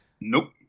Nope